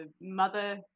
Mother